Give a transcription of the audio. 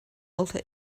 alter